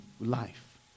life